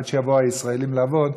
עד שיבואו הישראלים לעבוד,